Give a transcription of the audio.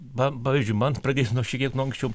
va pavyzdžiui man pradėjus nuo šitiek nuo anksčiau